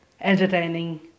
entertaining